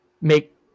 make